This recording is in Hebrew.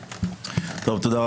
תודה.